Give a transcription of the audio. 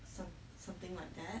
some something like that